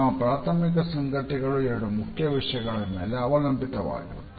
ನಮ್ಮ ಪ್ರಾಥಮಿಕ ಸಂಗತಿಗಳು ಎರಡು ಮುಖ್ಯ ವಿಷಯಗಳ ಮೇಲೆ ಅವಲಂಬಿತವಾಗಿರುತ್ತದೆ